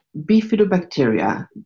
bifidobacteria